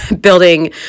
building